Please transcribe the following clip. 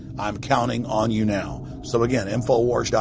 i'm counting on you now. so again, infowars.